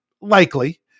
likely